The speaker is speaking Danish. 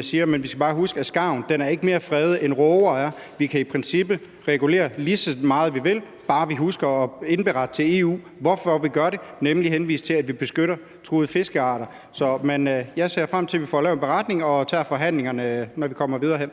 udrydde dem. Men vi skal bare huske, at skarven ikke er mere fredet, end råger er. Vi kan i princippet regulere, lige så meget vi vil, bare vi husker at indberette til EU, hvorfor vi gør det, og altså henvise til, at vi beskytter truede fiskearter. Jeg ser frem til, at vi får lavet en beretning og tager forhandlingerne, når vi kommer videre.